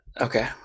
Okay